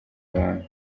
abantu